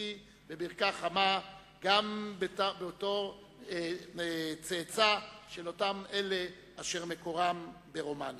בלשכתי בברכה חמה גם בתור צאצא של אותם אלה שמקורם ברומניה.